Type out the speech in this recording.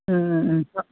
ꯎꯝ ꯎꯝ ꯎꯝ